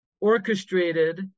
orchestrated